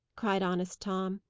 cried honest tom.